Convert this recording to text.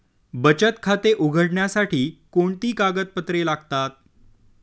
बचत खाते उघडण्यासाठी कोणती कागदपत्रे लागतात?